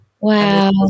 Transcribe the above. Wow